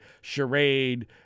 charade